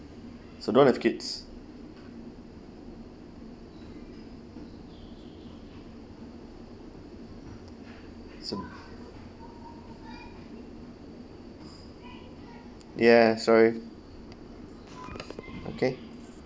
so don't have kids so ya sorry okay